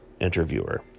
interviewer